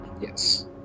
Yes